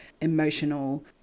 emotional